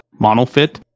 monofit